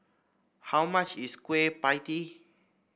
how much is Kueh Pie Tee